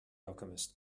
alchemist